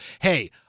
hey